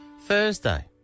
Thursday